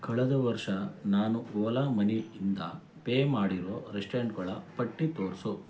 ಕಳೆದ ವರ್ಷ ನಾನು ಓಲಾ ಮನಿ ಇಂದ ಪೇ ಮಾಡಿರೋ ರೆಸ್ಟೊರೆಂಟ್ಗಳ ಪಟ್ಟಿ ತೋರಿಸು